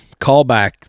Callback